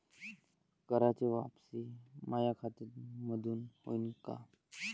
कराच वापसी माया खात्यामंधून होईन का?